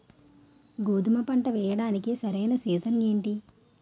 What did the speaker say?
గోధుమపంట వేయడానికి సరైన సీజన్ ఏంటి?